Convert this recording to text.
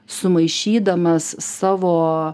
sumaišydamas savo